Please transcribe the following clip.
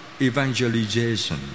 evangelization